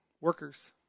workers